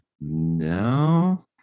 No